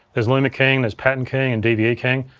there's luma keying, there's pattern keying, and dve yeah keying.